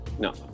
No